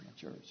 church